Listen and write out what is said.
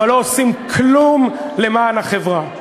אבל לא עושים כלום למען החברה.